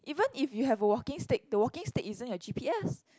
even if you have a walking stick the walking stick isn't your G_p_S